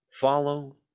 follow